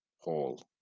Hall